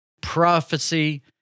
prophecy